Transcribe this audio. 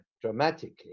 dramatically